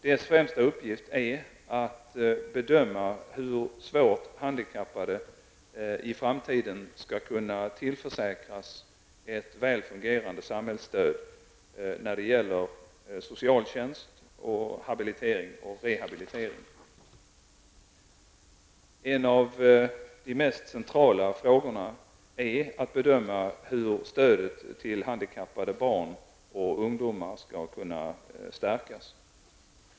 Dess främsta uppgift är att bedöma hur svårt handikappade i framtiden skall kunna tillförsäkras ett väl fungerande samhällsstöd när det gäller socialtjänst samt habilitering och rehabilitering. En av de mest centrala frågorna är att bedöma hur stödet till handikappade barn och ungdomar skall kunna stärkas.